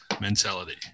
mentality